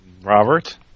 Robert